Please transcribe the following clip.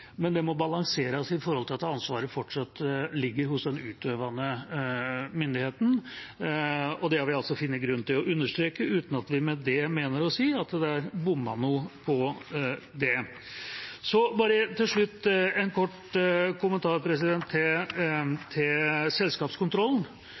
må balanseres i forhold til at ansvaret fortsatt ligger hos den utøvende myndigheten. Det har vi funnet grunn til å understreke, uten at vi med det mener å si at det er bommet noe på det. Så bare til slutt en kort kommentar til selskapskontrollen – ikke til